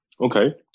Okay